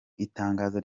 itangazo